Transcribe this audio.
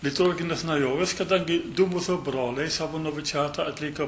liturginės naujovės kadangi du mūsų broliai savo noviciatą atliko